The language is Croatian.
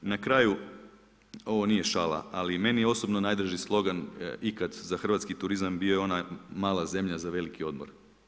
Na kraju, ovo nije šala, ali meni osobno najdraži slogan ikad za hrvatski turizam je bio onaj „Mala zemlja za veliki odmor“